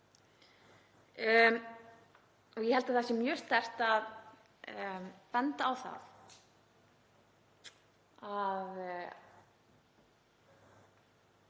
Ég held að það sé mjög sterkt að benda á það